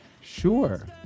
Sure